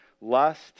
lust